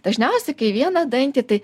dažniausiai kai vieną dantį tai